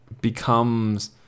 becomes